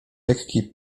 lekki